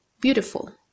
beautiful